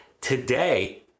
today